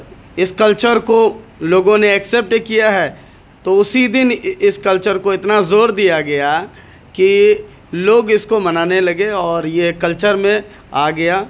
اس culture کو لوگوں نے ایکسیپٹ کیا ہے تو اسی دن اس کلچر کو اتنا زور دیا گیا کہ لوگ اس کو منانے لگے اور یہ کلچر میں آ گیا